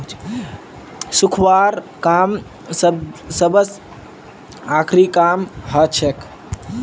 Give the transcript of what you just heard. सुखव्वार काम सबस आखरी काम हछेक